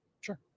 Sure